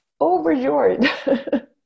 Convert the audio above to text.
overjoyed